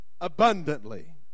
abundantly